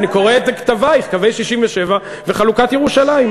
אני קורא את כתבייך: קווי 67' וחלוקת ירושלים.